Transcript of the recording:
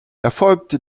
erfolgte